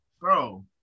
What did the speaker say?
bro